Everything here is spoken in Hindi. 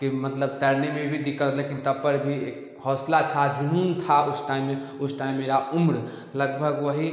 कि मतलब तैरने में भी दिक्कत होता लेकिन तब पर भी इक हौसला था जुनून था उस टाइम में उस टाइम मेरा उम्र लगभग वही